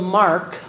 mark